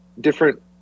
different